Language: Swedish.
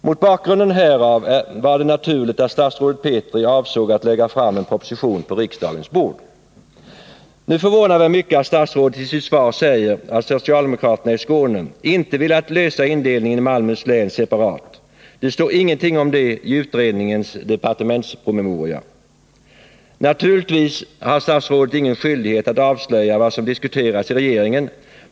Mot bakgrunden härav är det naturligt att statsrådet Petri avsåg att lägga en proposition på riksdagens bord. Det förvånar mig mycket att statsrådet i sitt svar säger att socialdemokraterna i Skåne inte velat lösa frågan om valkretsindelningen i Malmöhus län separat. Det står ingenting om det i utredningens departementspromemoria. Naturligtvis har statsrådet ingen skyldighet att avslöja vad som diskuteras i regeringen.